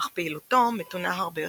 אך פעילותו מתונה הרבה יותר.